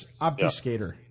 obfuscator